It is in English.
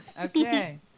Okay